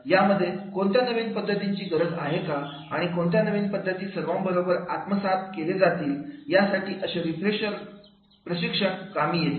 यामध्ये कोणत्या नवीन पद्धतीची गरज आहे का आणि कोणत्या नवीन पद्धती सर्वांबरोबर आत्मसात केले जातील यासाठी अशी रिफ्रेशर प्रशिक्षण कामी येतील